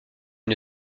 une